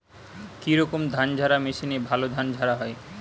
কি রকম ধানঝাড়া মেশিনে ভালো ধান ঝাড়া হয়?